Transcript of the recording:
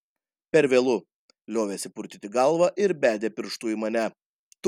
per vėlu liovėsi purtyti galvą ir bedė pirštu į mane tu